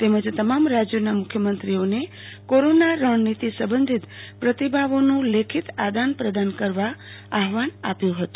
તેમજ તમામ રાજ્યોના મુખ્યમંત્રીઓને કોરોના રણનીતી સંબંધિત પ્રતિભાવોનું લેખિત આદાન પ્રદાન કરવા આહવાન આવ્યું હતું